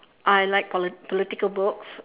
I like polit~ political books